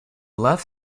left